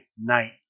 night